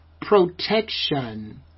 Protection